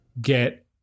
get